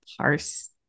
parse